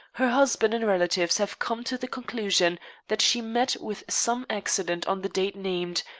her husband and relatives have come to the conclusion that she met with some accident on the date named,